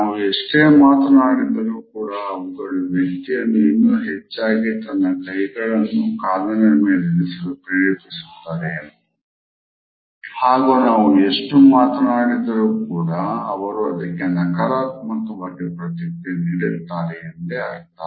ನಾವು ಎಷ್ಟೇ ಮಾತನಾಡಿದರೂ ಕೂಡ ಅವುಗಳು ವ್ಯಕ್ತಿಯನ್ನು ಇನ್ನು ಹೆಚ್ಚಾಗಿ ತನ್ನ ಕೈಗಳನ್ನು ಕಾಲಿನ ಮೇಲಿರಿಸಲು ಪ್ರೇರೇಪಿಸುತ್ತದೆ ಹಾಗು ನಾವು ಎಷ್ಟು ಮಾತನಾಡಿದರೂ ಕೂಡ ಅವರು ಅದಕ್ಕೆ ನಕಾರಾತ್ಮಕವಾಗಿ ಪ್ರತಿಕ್ರಿಯೆ ನೀಡುತ್ತಾರೆ ಎಂದೇ ಅರ್ಥ